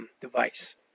Device